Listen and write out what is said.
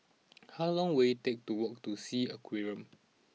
how long will it take to walk to Sea Aquarium